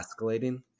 escalating